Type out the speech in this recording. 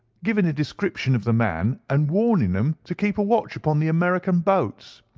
giving a description of the man, and warning them to keep a watch upon the american boats.